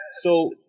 So-